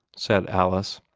said alice.